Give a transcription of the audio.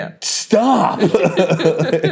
stop